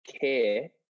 care